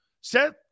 Seth